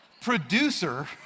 producer